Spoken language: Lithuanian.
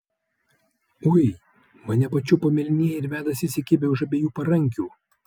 ui mane pačiupo mėlynieji ir vedasi įsikibę už abiejų parankių